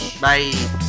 Bye